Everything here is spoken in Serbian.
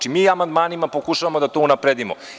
Mi amandmanima pokušavamo da to unapredimo.